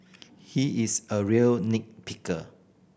he is a real nit picker